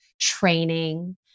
training